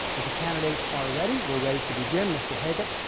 if the candidates are ready, we're ready to begin. mr. haggit,